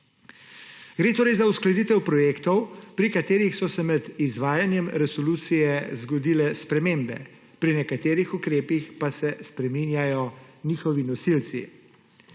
Gre torej za uskladitev projektov, pri katerih so se med izvajanjem resolucije zgodile spremembe, pri nekaterih ukrepih pa se spreminjajo njihovi nosilci.